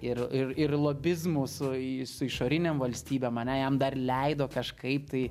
ir ir ir lobizmu su i išorinėm valstybėm ane jam dar leido kažkaip tai